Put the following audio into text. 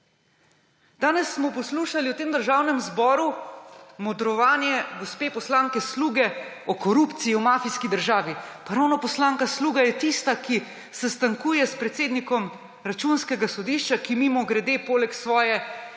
Danes smo poslušali v tem državnem zboru modrovanje gospe poslanke Sluge o korupciji, o mafijski državi. Pa ravno poslanka Sluga je tista, ki sestankuje s predsednikom Računskega sodišča, ki mimogrede poleg svoje